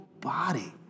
body